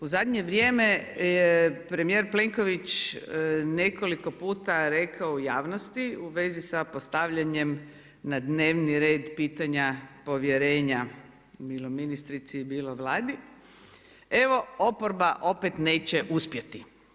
U zadnje vrijeme je premjer Plenković, nekoliko puta rekao u javnosti u vezi sa postavljanjem na dnevni red pitanja povjerenja, bilo ministrici, bilo Vladi, evo, oporba opet neće uspjeti.